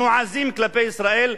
נועזים כלפי ישראל,